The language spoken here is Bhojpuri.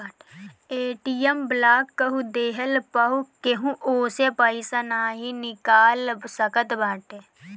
ए.टी.एम ब्लाक कअ देहला पअ केहू ओसे पईसा नाइ निकाल सकत बाटे